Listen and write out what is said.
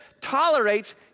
tolerates